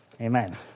Amen